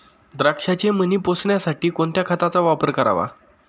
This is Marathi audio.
द्राक्षाचे मणी पोसण्यासाठी कोणत्या खताचा वापर करावा?